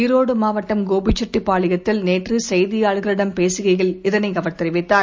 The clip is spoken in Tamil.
ஈரோடு மாவட்டம் கோபிசெட்டிப்பாளையத்தில் நேற்று செய்தியாளர்களிடம் பேசுகையில் இதனை அவர் தெரிவித்தார்